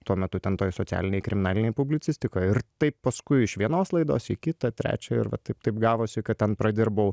tuo metu ten toj socialinėj kriminalinėj publicistikoj ir taip paskui iš vienos laidos į kitą trečią ir va taip taip gavosi kad ten pradirbau